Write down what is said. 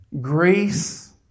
grace